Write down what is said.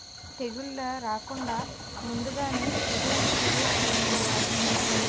తెగుళ్ల రాకుండ ముందుగానే ఎటువంటి చర్యలు తీసుకోవాలి?